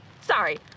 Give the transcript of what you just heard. sorry